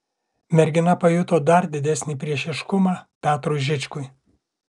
mergina pajuto dar didesnį priešiškumą petrui žičkui